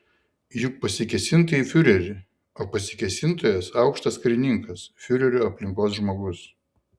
juk pasikėsinta į fiurerį o pasikėsintojas aukštas karininkas fiurerio aplinkos žmogus